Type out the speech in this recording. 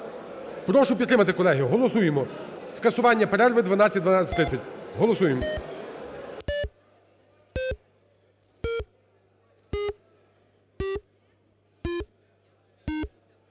Прошу підтримати, колеги. Голосуємо скасування перерви 12:00-12:30. голосуємо.